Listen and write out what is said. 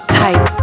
type